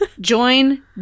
Join